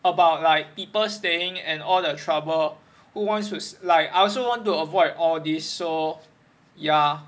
about like people staying and all the trouble who was to like I also want to avoid all this so ya